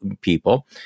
people